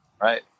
Right